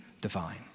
divine